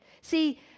See